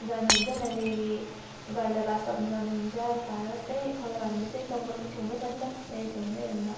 जानु हुन्छ त्यहाँनेरि गाईलाई घाँस काट्नु जानु हुन्छ फारस त्यही खोला घारीमा चाहिँ जङ्गल त छेउमै छन् त त्यहीँ छेउमै अन्त